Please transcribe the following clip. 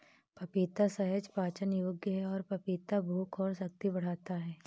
पपीता सहज पाचन योग्य है और पपीता भूख और शक्ति बढ़ाता है